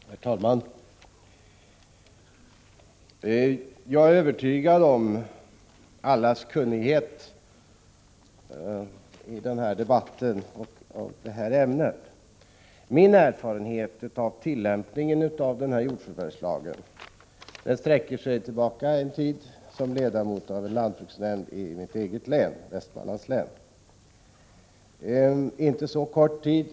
Herr talman! Jag är övertygad om att alla som deltar i den här debatten är kunniga i ämnet. Min erfarenhet av tillämpningen av jordförvärvslagen baserar sig på en tids arbete som ledamot av lantbruksnämnden i mitt hemlän, Västmanlands län. Det rör sig inte om så kort tid.